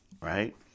right